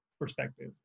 perspective